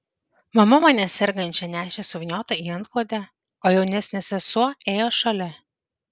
mama mane sergančią nešė suvyniotą į antklodę o jaunesnė sesuo ėjo šalia